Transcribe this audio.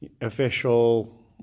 official